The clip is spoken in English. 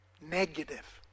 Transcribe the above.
Negative